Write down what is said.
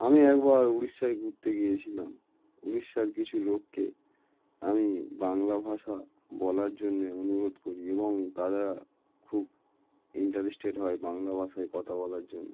আমি একবার উড়িষ্যায় ঘুরতে গিয়েছিলাম উড়িষ্যার কিছু লোককে আমি বাংলা ভাষা বলার জন্যে অনুরোধ করি এবং তাদেরা খুব ইন্টারেস্টেড হয় বাংলা ভাষায় কথা বলার জন্য